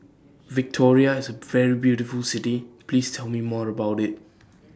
Victoria IS A very beautiful City Please Tell Me More about IT